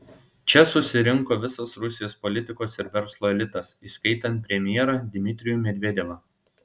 čia susirinko visas rusijos politikos ir verslo elitas įskaitant premjerą dmitrijų medvedevą